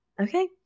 okay